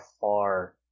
far